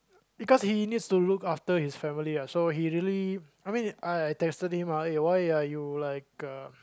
because he needs to look after his family ah so he really I mean I I texted him ah why are you like uh